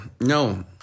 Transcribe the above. No